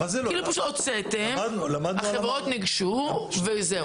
הוצאתם, החברות ניגשו וזהו.